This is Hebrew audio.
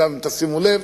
דרך אגב, אם תשימו לב,